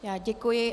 Já děkuji.